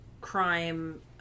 crime